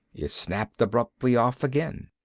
it snapped abruptly off again.